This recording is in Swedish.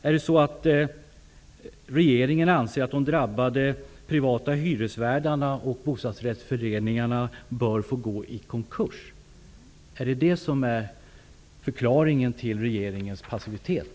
Är det så att regeringen anser att de drabbade privata hyresvärdarna och bostadsrättsföreningarna bör få gå i konkurs? Är någonting av detta förklaringen till regeringens passivitet?